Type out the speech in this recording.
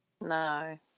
no